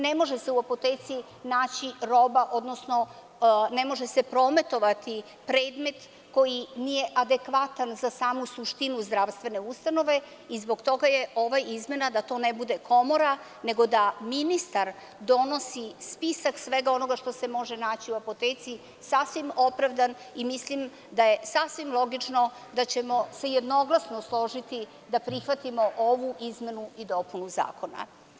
Ne može se u apoteci naći roba, odnosno ne može se prometovati predmet koji nije adekvatan za samu suštinu zdravstvene ustanove i zbog toga je ova izmena da to ne bude komora, nego da ministar donosi spisak svega onoga što se može naći u apoteci, sasvim opravdan i mislim da je sasvim logično da ćemo se jednoglasno složiti da prihvatimo ovu izmenu i dopunu zakona.